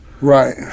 Right